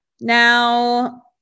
Now